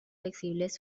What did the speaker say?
flexibles